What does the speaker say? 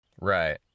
Right